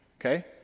Okay